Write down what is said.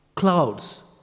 clouds